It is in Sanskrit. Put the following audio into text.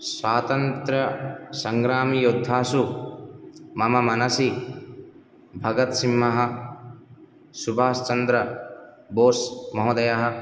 स्वातन्त्रसङ्ग्रामयोद्धासु मम मनसि भगत्सिंहः सुभाष् चन्द्रबोस् महोदयः